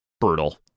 brutal